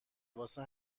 واسه